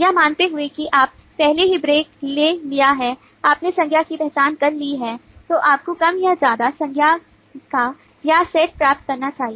यह मानते हुए कि आपने पहले ही ब्रेक ले लिया है आपने संज्ञा की पहचान कर ली है तो आपको कम या ज्यादा संज्ञा का यह सेट प्राप्त करना चाहिए